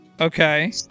Okay